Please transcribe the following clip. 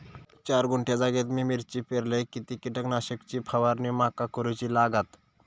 चार गुंठे जागेत मी मिरची पेरलय किती कीटक नाशक ची फवारणी माका करूची लागात?